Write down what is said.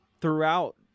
throughout